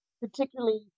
particularly